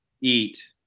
eat